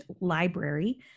library